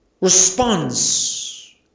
response